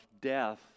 death